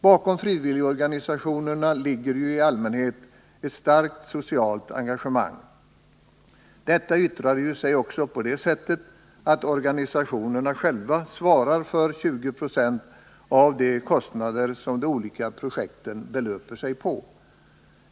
Bakom frivilligorganisationerna ligger ju i allmänhet ett starkt socialt engagemang. Detta yttrar sig också på det sättet att organisationerna själva svarar för 20 20 av de kostnader som de olika projekten belöper sig på.